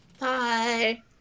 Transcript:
Bye